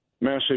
Massive